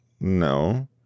no